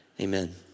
Amen